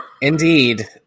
Indeed